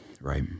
right